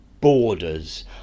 borders